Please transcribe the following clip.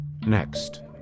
Next